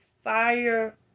fire